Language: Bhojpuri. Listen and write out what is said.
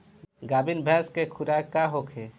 गाभिन भैंस के खुराक का होखे?